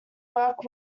work